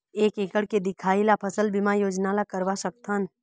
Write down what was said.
एक एकड़ के दिखाही ला फसल बीमा योजना ला करवा सकथन?